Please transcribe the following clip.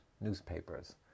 newspapers